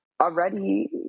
already